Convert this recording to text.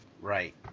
right